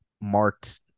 marked